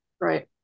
right